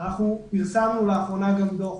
פרסמנו לאחרונה גם דוח,